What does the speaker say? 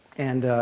and